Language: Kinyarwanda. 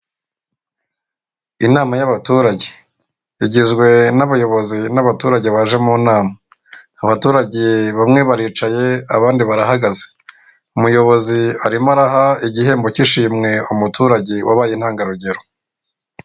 Inama y'abaturage igizwe n'abayobozi n'abaturage baje mu nama abaturage bamwe baricaye abandi barahagaze umuyobozi arimo araha igihembo cy'ishimwe umuturage wabaye intangarugero .